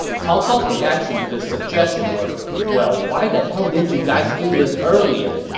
cao cao's reaction to this suggestion was, well, why the hell didn't you guys do this earlier!